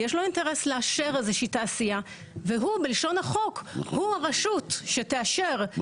למעשה אנחנו לא מכירים שום תקדים להליך מנהלי שבו זכות הטיעון של